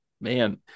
man